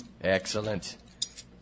Excellent